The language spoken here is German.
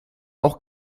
auch